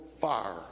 fire